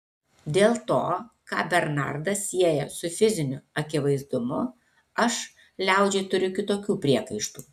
dėl to ką bernardas sieja su fiziniu akivaizdumu aš liaudžiai turiu kitokių priekaištų